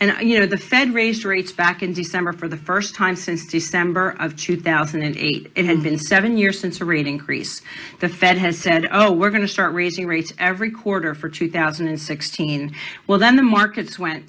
and you know the fed raised rates back in december for the first time since december of two thousand and eight it had been seven years since the rating crease the fed has said oh we're going to start raising rates every quarter for two thousand and sixteen well then the markets went